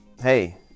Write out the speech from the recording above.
hey